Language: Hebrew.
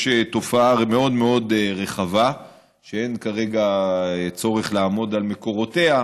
יש תופעה מאוד רחבה שאין כרגע צורך לעמוד על מקורותיה,